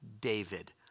David